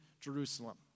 Jerusalem